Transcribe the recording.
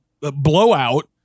blowout